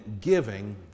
giving